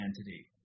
entity